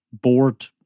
bored